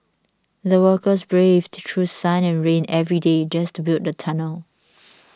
the workers braved through sun and rain every day just to build the tunnel